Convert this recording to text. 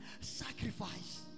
Sacrifice